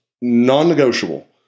non-negotiable